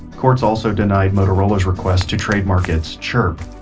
courts also denied motorola's request to trademark its chirp,